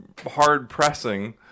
hard-pressing